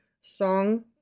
song